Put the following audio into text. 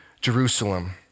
Jerusalem